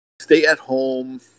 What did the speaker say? stay-at-home